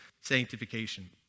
sanctification